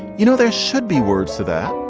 you know, there should be words to that.